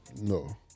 No